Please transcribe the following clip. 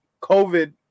COVID